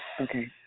Okay